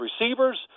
receivers